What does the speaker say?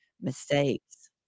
mistakes